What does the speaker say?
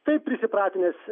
taip prisipratinęs